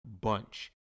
bunch